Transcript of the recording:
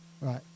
Right